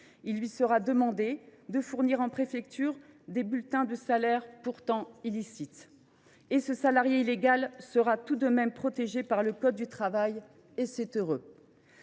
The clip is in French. Il lui sera demandé de fournir en préfecture des bulletins de salaire pourtant illicites. Ce salarié illégal sera tout de même protégé par le code du travail, et c’est heureux